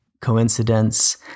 coincidence